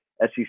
SEC